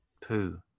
poo